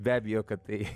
be abejo kad tai